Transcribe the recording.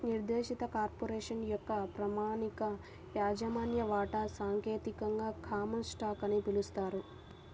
నిర్దేశిత కార్పొరేషన్ యొక్క ప్రామాణిక యాజమాన్య వాటా సాంకేతికంగా కామన్ స్టాక్ అని పిలుస్తారు